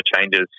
changes